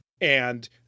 And-